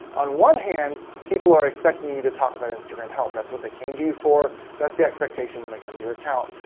on one hand, people are expecting you to talk about instagram help. that's what they came to you for. that's the expectation when they come to your account.